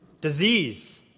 Disease